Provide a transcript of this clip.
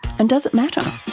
and does it matter?